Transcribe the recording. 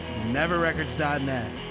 NeverRecords.net